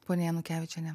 ponia janukevičiene